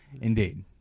Indeed